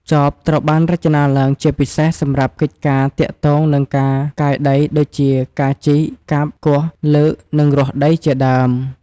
ចបត្រូវបានរចនាឡើងជាពិសេសសម្រាប់កិច្ចការទាក់ទងនឹងការកាយដីដូចជាការជីក កាប់ គាស់ លើកនិងរាស់ដី ជាដើម។